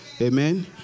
Amen